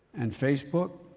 and facebook,